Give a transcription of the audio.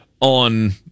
on